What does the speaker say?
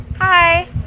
Hi